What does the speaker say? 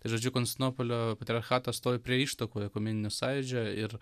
tai žodžiu konstantinopolio patriarchatas stovi prie ištakų ekumeninio sąjūdžio ir